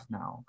now